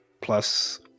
Plus